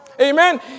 Amen